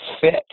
fit